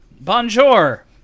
Bonjour